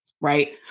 Right